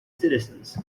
citizens